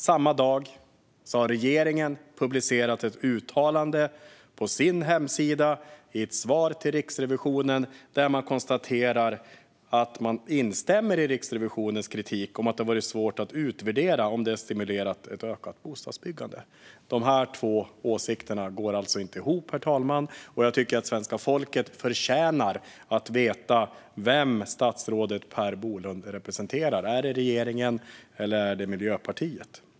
Samma dag har regeringen publicerat ett uttalande på sin webbplats i ett svar till Riksrevisionen där man instämmer i Riksrevisionens kritik om att det har varit svårt att utvärdera om det har stimulerat ett ökat bostadsbyggande. De två åsikterna går inte ihop, herr talman. Jag tycker att svenska folket förtjänar att veta vem statsrådet Per Bolund representerar. Är det regeringen, eller är det Miljöpartiet?